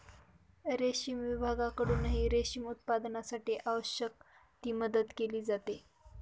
रेशीम विभागाकडूनही रेशीम उत्पादनासाठी आवश्यक ती मदत केली जाते